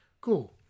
Cool